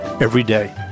everyday